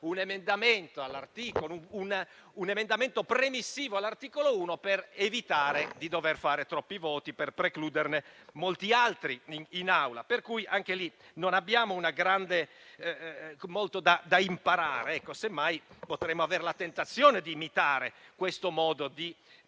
un emendamento premissivo all'articolo 1 per evitare di dover fare troppi voti e per precluderne molti altri in Aula. Pertanto, anche in quel caso non abbiamo molto da imparare; semmai, potremmo avere la tentazione di imitare questo modo di